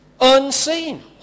unseen